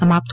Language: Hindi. समाप्त